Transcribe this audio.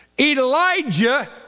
Elijah